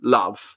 love